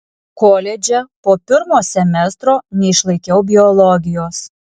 koledže po pirmo semestro neišlaikiau biologijos